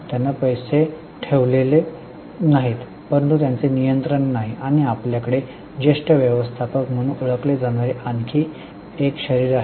त्यांनी पैसे ठेवले आहेत परंतु त्यांचे नियंत्रण नाही आणि आपल्याकडे ज्येष्ठ व्यवस्थापक म्हणून ओळखले जाणारे आणखी एक शरीर आहे